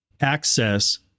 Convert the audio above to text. access